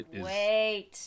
wait